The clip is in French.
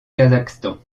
kazakhstan